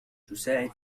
تساعد